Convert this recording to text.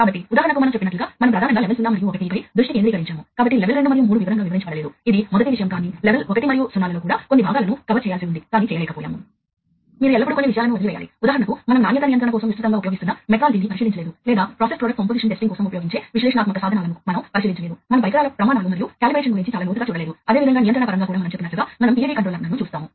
ఉదాహరణకు ఇది మీకు చాలా విస్తృతమైన ప్లాంట్ ఏరియా నెట్వర్క్ కలిగి ఉంటే అది కిలోమీటర్లకు వెళ్ళగలదు మీరు పెద్ద కర్మాగారాలను చూసినట్లయితే మీకు తెలుస్తుంది ఉదాహరణకు మీరు TELCOకు వెళితే లేదా మీరు వెళ్లాలనుకుంటే TISCO లేదా కొన్ని పెద్ద స్టీల్ ప్లాంట్ అప్పుడు మీరు ఈ కర్మాగారం వాస్తవానికి చాలా చదరపు కిలోమీటర్లు అని చూస్తారు